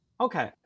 Okay